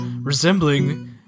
resembling